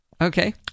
Okay